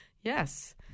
Yes